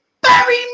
barry